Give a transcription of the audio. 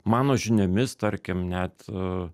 mano žiniomis tarkim net